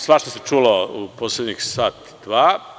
Svašta se čulo u poslednjih sat-dva.